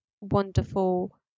wonderful